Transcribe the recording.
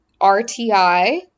RTI